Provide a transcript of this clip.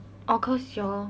oh cause you all